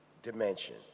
dimension